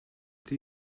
ydy